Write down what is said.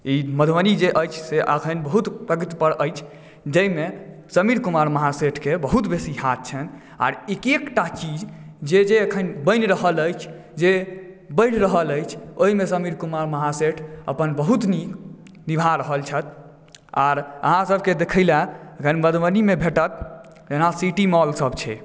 ई मधुबनी जे अछि से अखन बहुत प्रगति पर अछि जाहिमे समीर कुमार महासेठके बहुत बेसी हाथ छनि आर एक एकटा चीज जे जे एखन बनि रहल अछि जे बढ़ि रहल अछि ओहिमे समीर कुमार महासेठ अपन बहुत नीक निभा रहल छथि आओर अहाँ सभकेँ देखै लेल अखन मधुबनीमे भेटत जेना सिटी मॉल सभ छै